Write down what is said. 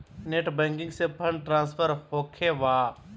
Net banking से fund transfer होखें बा?